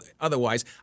otherwise